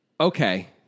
Okay